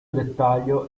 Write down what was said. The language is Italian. dettaglio